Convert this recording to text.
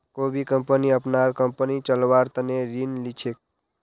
कोई भी कम्पनी अपनार कम्पनी चलव्वार तने ऋण ली छेक